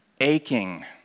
aching